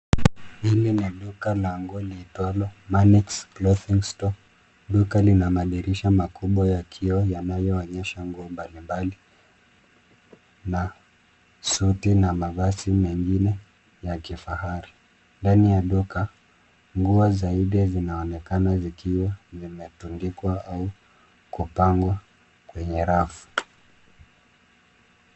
Hili ni duka la nguo liitwalo Manix clothing store[nk], duka lina madirisha makubwa ya kioo yanayoonyesha nguo mbalimbali, na suti na mavazi mengine ya kifahari. Ndani ya duka, nguo zaidi zinaonekana zikiwa zimetundikwa au kupangwa kwenye rafu.